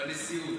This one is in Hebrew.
בנשיאות.